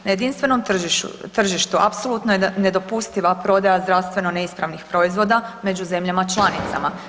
Na jedinstvenom tržištu apsolutno je nedopustiva prodaja zdravstveno neispravnih proizvoda među zemljama članicama.